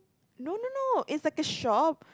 no no no it's like a shop